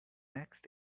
next